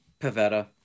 Pavetta